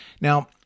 Now